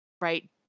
right